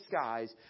skies